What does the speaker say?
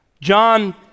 John